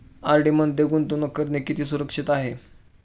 RD मध्ये गुंतवणूक करणे किती सुरक्षित आहे?